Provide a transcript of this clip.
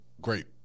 great